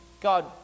God